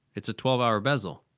it's a twelve-hour bezel.